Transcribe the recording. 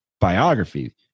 biography